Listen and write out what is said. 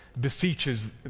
beseeches